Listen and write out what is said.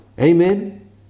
Amen